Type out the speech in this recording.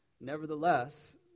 Nevertheless